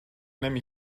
نمی